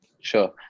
sure